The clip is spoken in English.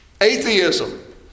atheism